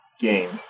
game